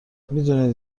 میدونی